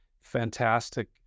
fantastic